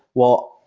well,